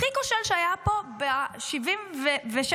הכי כושל שהיה פה ב-76 שנותינו,